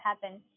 happen